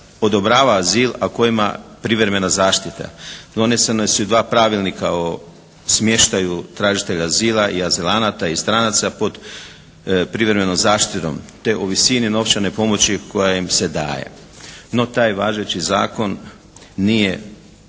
odobrava azil, a kojima privremena zaštita. Donesena su dva Pravilnika o smještaju tražitelja azila i azilanata i stranaca pod privremenom zaštitom, te o visini novčane pomoći koja im se daje. No, taj važeći zakon nije,